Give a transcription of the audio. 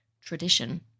tradition